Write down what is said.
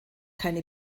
keine